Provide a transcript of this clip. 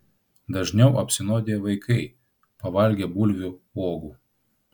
dažniau apsinuodija vaikai pavalgę bulvių uogų